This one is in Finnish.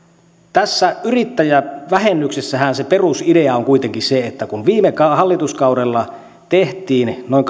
tässä yrittäjävähennyksessähän se perusidea on kuitenkin se että kun viime hallituskaudella tehtiin noin